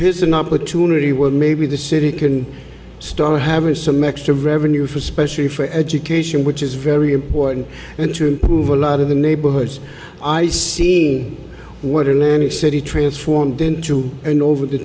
here's an opportunity well maybe the city can start having some extra revenue for especially for education which is very important and to move a lot of the neighborhoods i see what in any city transformed into and over the